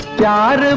god